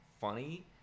funny